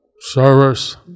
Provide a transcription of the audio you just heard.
service